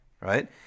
right